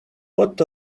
what